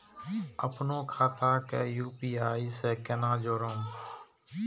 अपनो खाता के यू.पी.आई से केना जोरम?